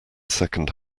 second